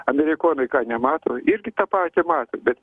amerikonai ką nemato irgi tą patį mato bet